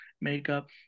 makeup